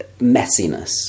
messiness